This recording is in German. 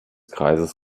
kreises